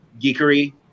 geekery